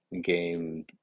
Game